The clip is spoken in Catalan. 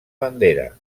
bandera